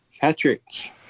Patrick